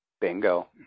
Bingo